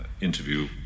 interview